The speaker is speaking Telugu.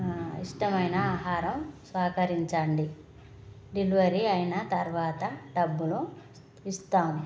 ఇష్టమైనా ఆహారం సహకరించండి డెలివరీ అయిన తర్వాత డబ్బులు ఇస్తాం